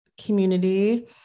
community